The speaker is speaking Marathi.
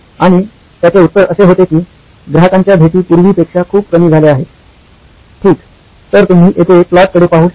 आणि त्याचे उत्तर असे होते की ग्राहकांच्या भेटी पूर्वीपेक्षा खूप कमी झाल्या आहेत ठीक तर तुम्ही येथे प्लॉटकडे पाहू शकता